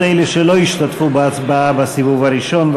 אלה שלא השתתפו בהצבעה בסיבוב הראשון.